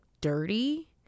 dirty